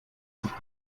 sich